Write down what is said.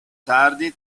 tardi